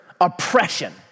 oppression